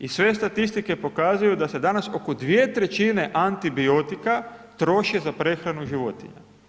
I sve statistike pokazuju da se danas oko 2 trećine antibiotika troši za prehranu životinja.